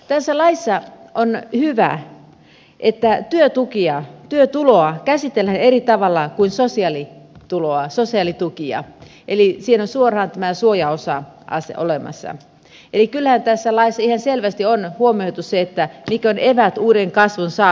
tässä laissa on hyvä että työtuloa käsitellään eri tavalla kuin sosiaalitukia eli siinä on suoraan tämä suojaosa olemassa eli kyllähän tässä laissa ihan selvästi on huomioitu se mitkä ovat eväät uuden kasvun saamiseksi